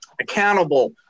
accountable